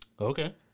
Okay